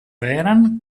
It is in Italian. vehrehan